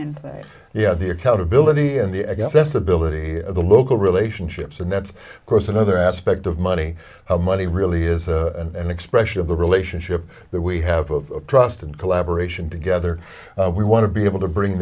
and yeah the accountability and the i guess ability of the local relationships and that's of course another aspect of money money really is an expression of the relationship that we have of trust and collaboration together we want to be able to bring